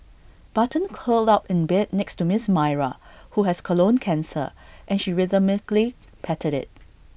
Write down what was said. button curled up in bed next to miss Myra who has colon cancer and she rhythmically patted IT